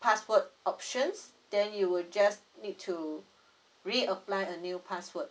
password options then you will just need to reapply a new password